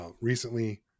Recently